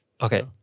Okay